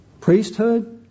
priesthood